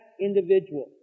individual